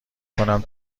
کنم